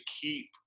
keep